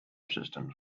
systems